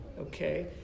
okay